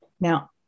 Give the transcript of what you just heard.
Now